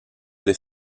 des